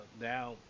now